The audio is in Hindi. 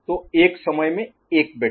तो एक समय में एक बिट